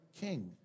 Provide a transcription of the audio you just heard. king